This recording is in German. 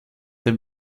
der